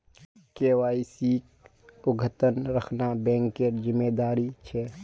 केवाईसीक अद्यतन रखना बैंकेर जिम्मेदारी छे